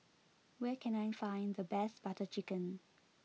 where can I find the best Butter Chicken